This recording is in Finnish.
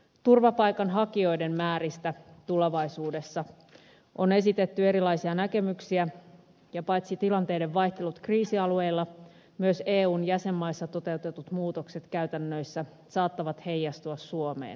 turvapaikanhakijoiden määristä tulevaisuudessa on esitetty erilaisia näkemyksiä ja paitsi tilanteiden vaihtelut kriisialueilla myös eun jäsenmaissa toteutetut muutokset käytännöissä saattavat heijastua suomeen